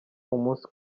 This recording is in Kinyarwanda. umunsi